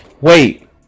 wait